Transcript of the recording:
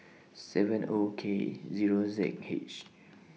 seven O K Zero Z H